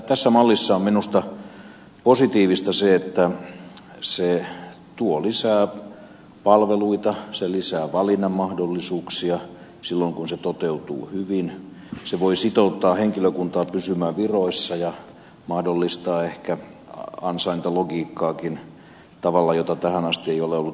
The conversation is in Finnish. tässä mallissa on minusta positiivista se että se tuo lisää palveluita se lisää valinnanmahdollisuuksia silloin kun se toteutuu hyvin se voi sitouttaa henkilökuntaa pysymään viroissa ja mahdollistaa ehkä ansaintalogiikkaakin tavalla jolla sitä tähän asti ei ole ollut mahdollista tehdä